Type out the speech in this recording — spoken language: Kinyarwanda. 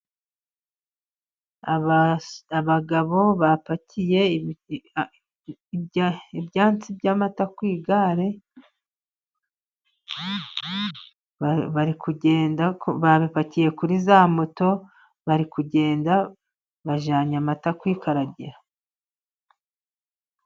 Abagabo bapakiye ibyansi by'amata ku gare, bari kugenda, barapakiye kuri za moto bari kugenda ,bajyanye amata ku ikaragiro.